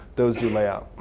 those do layout.